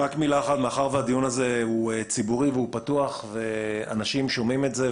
מאחר והדיון הזה הוא ציבורי ופתוח ואנשים שומעים את זה,